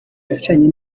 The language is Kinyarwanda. bwicanyi